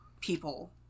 people